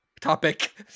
Topic